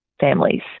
families